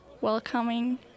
welcoming